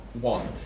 one